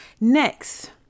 Next